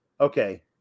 Okay